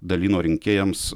dalino rinkėjams